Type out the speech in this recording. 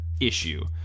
issue